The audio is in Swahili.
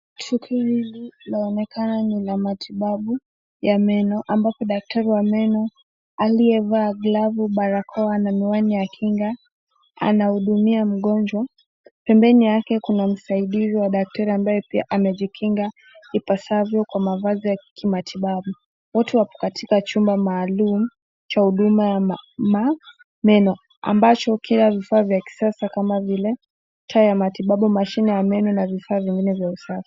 kliniki hili linaonekana ni la matibabu ya meno ambapo daktari wa meno aliyevaa glavu, barakoa na miwani ya kinga anahudumia mgonjwa. Pembeni yake kuna msaidizi wa daktari ambaye pia amejikinga ipasavyo kwa mavazi ya kimatibabu. Wote wako katika chumba maalum cha huduma ya meno ambacho kila vifaa ya kisasa kama vile taa ya matibabu, mashine ya meno na vifaa vingine vya usafi.